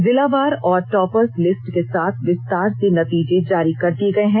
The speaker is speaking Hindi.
जिलावार और टॉपर्स लिस्ट के साथ विस्तार से नतीजे जारी कर दिए गए हैं